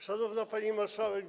Szanowna Pani Marszałek!